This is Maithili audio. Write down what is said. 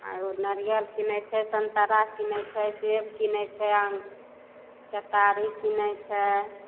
आरो नारियल कीनय छै सन्तरा कीनय छै सेब कीनय छै आओर केतारी कीनय छै